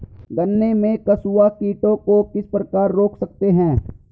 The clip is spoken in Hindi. गन्ने में कंसुआ कीटों को किस प्रकार रोक सकते हैं?